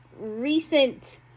recent